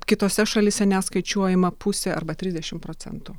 kitose šalyse net skaičiuojama pusė arba trisdešimt procentų